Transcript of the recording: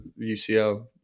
UCL